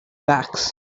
backs